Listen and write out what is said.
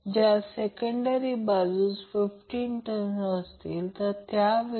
जर त्याची कॅल्क्युलेशन केली तर ते 25 असेल